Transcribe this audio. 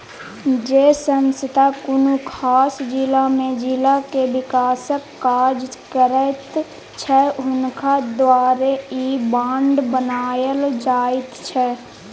जे संस्था कुनु खास जिला में जिला के विकासक काज करैत छै हुनका द्वारे ई बांड बनायल जाइत छै